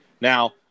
Now